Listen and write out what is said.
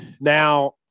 Now